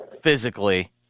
physically